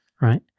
Right